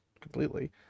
completely